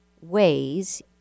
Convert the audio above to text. ways